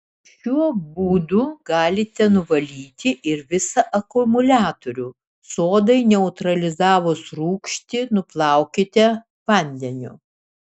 šiuo būdu galite nuvalyti ir visą akumuliatorių sodai neutralizavus rūgštį nuplaukite vandeniu